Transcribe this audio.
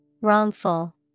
Wrongful